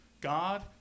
God